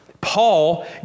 Paul